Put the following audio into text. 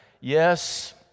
yes